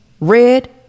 Red